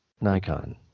Nikon